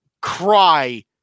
cry